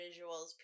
Visuals